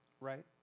right